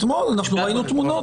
אתמול אנחנו ראינו תמונות,